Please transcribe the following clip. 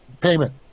payment